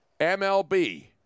MLB